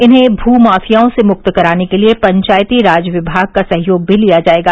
इन्हें भू माफियाओं से मुक्त कराने के लिये पंचायती राज विभाग का सहयोग भी लिया जायेगा